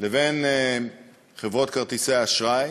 לבין חברות כרטיסי האשראי,